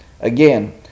Again